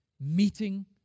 meeting